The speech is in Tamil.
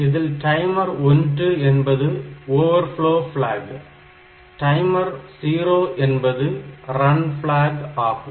இதில் டைமர் 1 என்பது ஓவர்ஃப்லோ பிளாக் டைமர் 0 என்பது ரன் ப்ளாக் ஆகும்